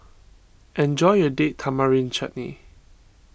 enjoy your Date Tamarind Chutney